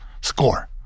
score